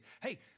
Hey